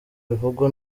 bivugwa